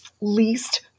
least